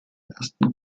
ersten